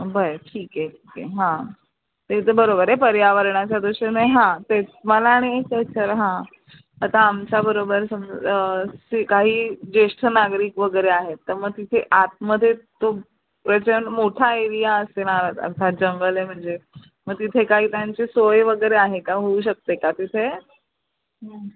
बरं ठीके ठीके हां तेथं बरोबर आहे पर्यावरणाच्या दृष्टीने हां तेच मला आणि कचर हां आता आमच्याबरोबर समज स काही ज्येष्ठ नागरिक वगैरे आहेत तर मं तिथे आतमध्ये तो प्रचन मोठा एरिया असते ना आ जंगल आहे म्हणजे मग तिथे काही त्यांचे सोय वगैरे आहे का होऊ शकते का तिथे